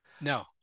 No